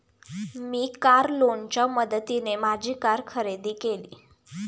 मी car लोनच्या मदतीने माझी कार खरेदी केली